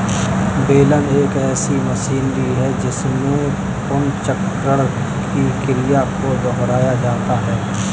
बेलन एक ऐसी मशीनरी है जिसमें पुनर्चक्रण की क्रिया को दोहराया जाता है